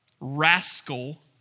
rascal